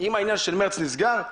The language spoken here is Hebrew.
אם העניין של מרץ נסגר,